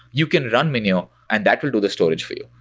you can run minio, and that will do the storage for you,